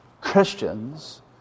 Christians